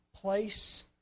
place